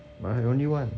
but I have only one